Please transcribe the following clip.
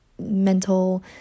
mental